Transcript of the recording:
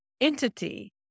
entity